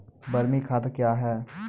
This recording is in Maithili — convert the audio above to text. बरमी खाद कया हैं?